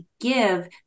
give